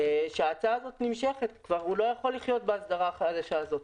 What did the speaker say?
ההצעה הזאת נמשכת והוא כבר לא יכול לחיות בהסדרה החדשה הזאת.